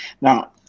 Now